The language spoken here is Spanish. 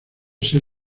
ser